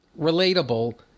relatable